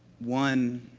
one